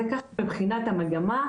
זה מבחינת המגמה,